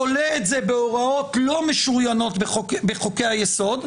תולה את זה בהוראות לא משוריינות בחוקי היסוד,